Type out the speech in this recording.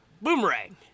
Boomerang